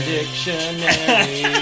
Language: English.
Dictionary